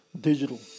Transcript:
digital